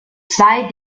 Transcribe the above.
zwei